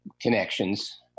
connections